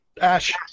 Ash